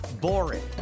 boring